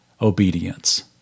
obedience